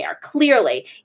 Clearly